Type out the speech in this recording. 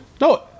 No